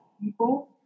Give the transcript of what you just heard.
people